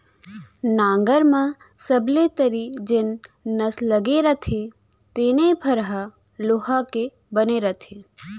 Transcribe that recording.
नंगर म सबले तरी जेन नस लगे रथे तेने भर ह लोहा के बने रथे